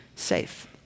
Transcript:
safe